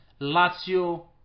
Lazio